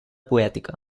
poètica